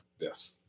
Yes